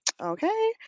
Okay